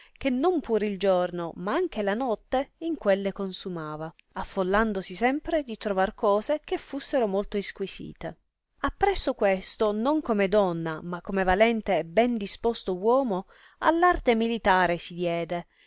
che non pur il giorno ma anche la notte in quelle consumava affollandosi sempre di trovar cose che fussero molto isquisite appresso questo non come donna ma come valente e ben disposto uomo all arte militare si diede